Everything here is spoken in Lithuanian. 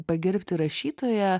pagerbti rašytoją